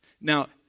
Now